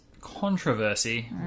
controversy